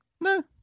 No